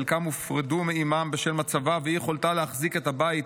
חלקם הופרדו מאימם בשל מצבה ואי-יכולתה להחזיק את הבית